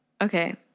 Okay